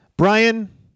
Brian